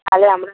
তাহলে আমরা